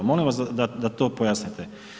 Molim vas da to pojasnite.